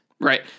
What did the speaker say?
Right